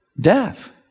death